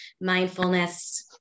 mindfulness